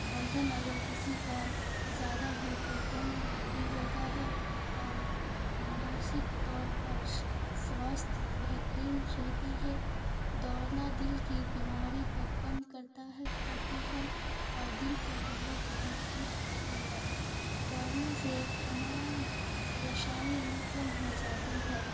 وزن اگر کسی کا زیادہ ہو تو کم بھی ہوتا ہے اور مناسب طور پر سواستھ بہترین رہتی ہے دوڑنا دل کی بیماری کو کم کرتا ہے کرتی ہے اور دل کو بہت مضبوط کرتی ہے دوڑنے سے تمام پریشانی کم ہو جاتی ہے